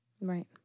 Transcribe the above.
Right